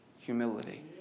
humility